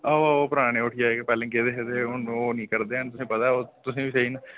आहो आहो ओह् पराने उठी आए पैह्ले गेदे हे ते ओह हून नेईं करदे हैन तुसेंगी पता ऐ तुसेंगी बी सेही न